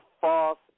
false